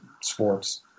sports